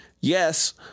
Yes